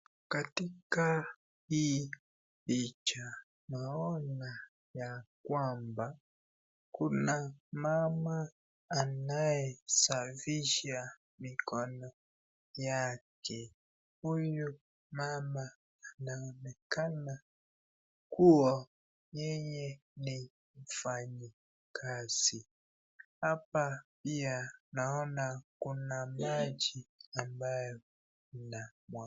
Katika hii picha naona ya kwamba, kuna mama anaye safisha mikono yake. Huyu mama anaonekana kua yeye ni mfanyikazi. Hapa pia naona kuna maji ambayo inamwagika.